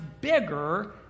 bigger